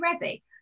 ready